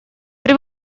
при